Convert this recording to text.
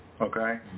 okay